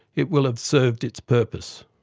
it will have served its purpose.